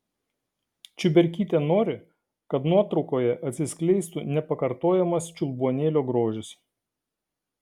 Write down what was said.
čiuberkytė nori kad nuotraukoje atsiskleistų nepakartojamas čiulbuonėlio grožis